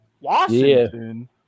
Washington